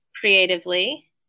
creatively